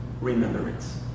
remembrance